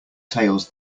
tales